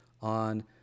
on